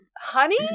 honey